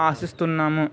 ఆశిస్తున్నాము